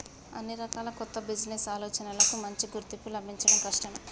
అన్ని రకాల కొత్త బిజినెస్ ఆలోచనలకూ మంచి గుర్తింపు లభించడం కష్టమే